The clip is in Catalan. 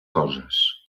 coses